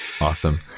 Awesome